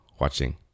watching